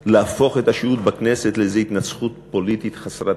להפוך באמצעותו את השהות בכנסת לאיזה התנצחות פוליטית חסרת תקדים.